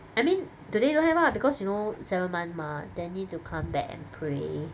I mean today don't have lah because you know seventh month mah then need to come back and pray